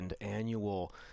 Annual